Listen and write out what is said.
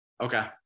Okay